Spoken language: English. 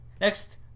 Next